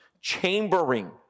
Chambering